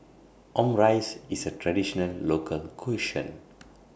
Omurice IS A Traditional Local Cuisine